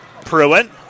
Pruitt